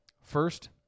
first